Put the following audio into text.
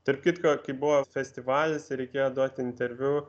tarp kitko kai buvo festivalis reikėjo duoti interviu